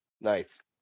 Nice